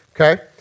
okay